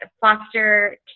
foster